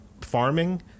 farming